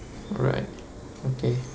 right okay